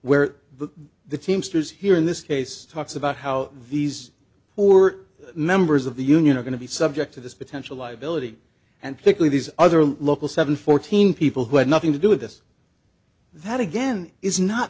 the the teamsters here in this case talks about how these who are members of the union are going to be subject to this potential liability and particularly these other local seven fourteen people who had nothing to do with this that again is not